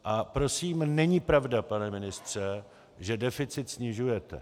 A prosím není pravda, pane ministře, že deficit snižujete.